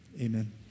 Amen